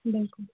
بِلکُل